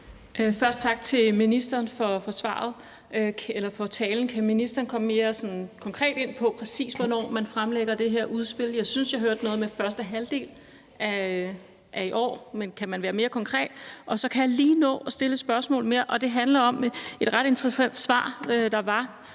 Først tak til ministeren for talen. Kan ministeren komme mere konkret ind på, præcis hvornår man fremlægger det her udspil? Jeg synes, jeg hørte noget med første halvdel af i år, men kan man være mere konkret? Og så kan jeg lige nå at stille et spørgsmål mere, og det handler om et ret interessant svar, der var